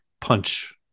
punch